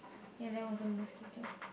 ya there was a mosquito